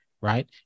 right